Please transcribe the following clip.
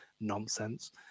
Nonsense